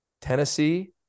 Tennessee